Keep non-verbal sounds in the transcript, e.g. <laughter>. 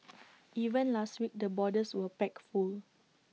<noise> even last week the borders were packed full